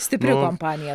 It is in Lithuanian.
stipri kampanija